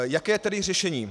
Jaké je tedy řešení?